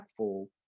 impactful